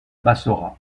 bassorah